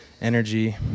energy